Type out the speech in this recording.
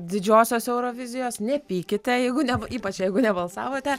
didžiosios eurovizijos nepykite jeigu ne ypač jeigu nebalsavote